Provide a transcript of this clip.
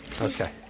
Okay